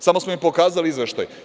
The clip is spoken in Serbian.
Samo smo im pokazali izveštaj.